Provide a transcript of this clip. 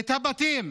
את הבתים,